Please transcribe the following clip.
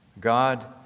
God